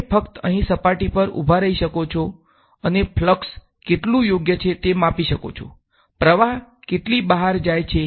તમે ફક્ત અહીં સપાટી પર ઉભા રહી શકો છો અને ફ્લક્સ કેટલું યોગ્ય છે તે માપી શકો છો પ્રવાહ કેટલી બહાર જાય છે